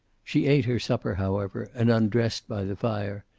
she ate her supper, however, and undressed by the fire.